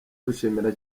dushimira